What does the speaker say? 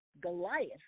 Goliath